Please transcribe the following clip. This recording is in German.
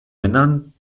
männern